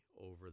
over